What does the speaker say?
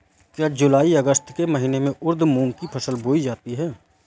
क्या जूलाई अगस्त के महीने में उर्द मूंग की फसल बोई जाती है?